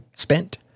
Spent